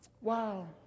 Wow